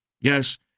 Yes